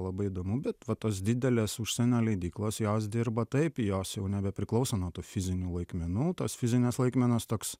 labai įdomu bet va tos didelės užsienio leidyklos jos dirba taip jos jau nebepriklauso nuo tų fizinių laikmenų tos fizinės laikmenos toks